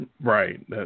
Right